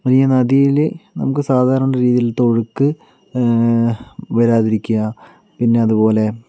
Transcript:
ഈ നദിയില് നമുക്ക് സാധാരണ രീതിയിലത്തെ ഒഴുക്ക് വരാതിരിക്കുക പിന്നെ അതുപോലെ